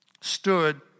stood